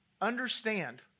understand